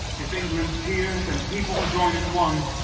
if england's peers and people and join in one,